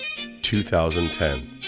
2010